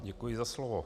Děkuji za slovo.